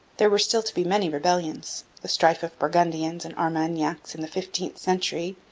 there were still to be many rebellions the strife of burgundians and armagnacs in the fifteenth century,